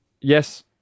yes